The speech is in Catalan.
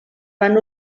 van